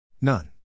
None